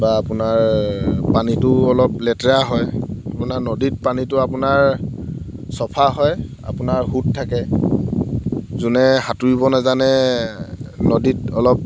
বা আপোনাৰ পানীতো অলপ লেতেৰা হয় মানে নদীত পানীটো আপোনাৰ চফা হয় আপোনাৰ সোঁত থাকে যোনে সাঁতুৰিব নাজানে নদীত অলপ